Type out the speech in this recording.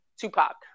Tupac